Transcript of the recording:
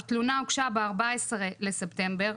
התלונה הוגשה ב-14 לספטמבר,